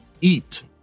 eat